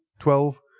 twelve.